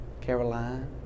Caroline